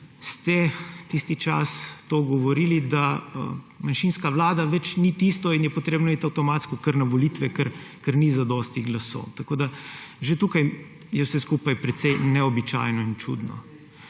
ste tisti čas to govorili, da manjšinska vlada več ni tisto in je treba iti avtomatsko kar na volitve, ker ni zadosti glasov. Že tukaj je vse skupaj precej neobičajno in čudno.